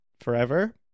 forever